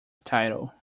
title